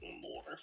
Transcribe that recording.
more